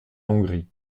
hongrie